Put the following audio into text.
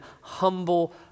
humble